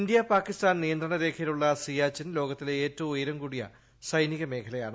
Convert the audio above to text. India Pakistan നിയന്ത്രണ രേഖയിലുള്ള സിയാചിൻ ലോകത്തിലെ ഏറ്റവും ഉയരം കൂടിയ സൈനികമേഖലയാണ്